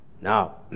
Now